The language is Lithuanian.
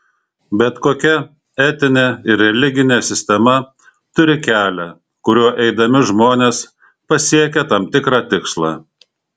bet kokia etinė ir religinė sistema turi kelią kuriuo eidami žmonės pasiekia tam tikrą tikslą